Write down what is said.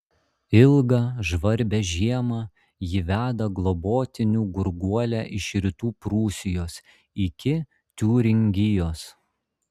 ilgą žvarbią žiemą ji veda globotinių gurguolę iš rytų prūsijos iki tiuringijos